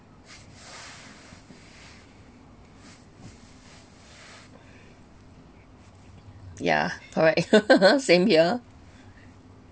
yeah correct same here